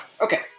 Okay